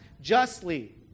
justly